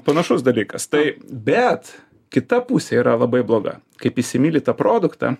panašus dalykas tai bet kita pusė yra labai bloga kaip įsimyli tą produktą